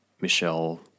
Michelle